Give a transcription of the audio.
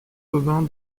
aubin